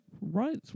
right